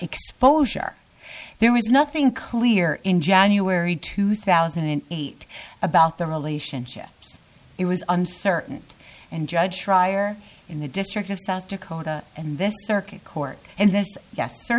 exposure there was nothing clear in january two thousand and eight about the relationship it was uncertain and judge prior in the district of south dakota and this circuit court and this ye